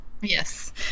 Yes